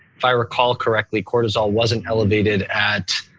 if i recall correctly, cortisol wasn't elevated at